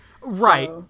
right